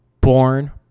born